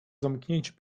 zamknięciu